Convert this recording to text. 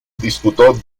disputó